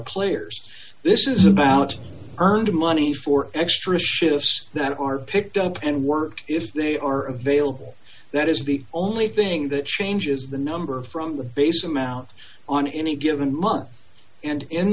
players this is about earned money for extra shifts that are picked up and were if they are avail that is the only thing that changes the number from the base amount on any given month and in